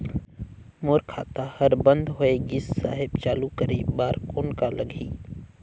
मोर खाता हर बंद होय गिस साहेब चालू करे बार कौन का लगही?